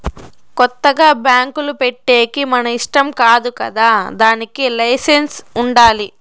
కొత్తగా బ్యాంకులు పెట్టేకి మన ఇష్టం కాదు కదా దానికి లైసెన్స్ ఉండాలి